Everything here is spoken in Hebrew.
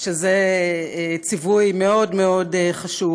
שזה ציווי מאוד מאוד חשוב,